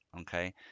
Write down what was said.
okay